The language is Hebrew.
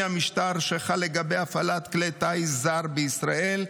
המשטר שחל לגבי הפעלת כלי טיס זר בישראל.